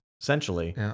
essentially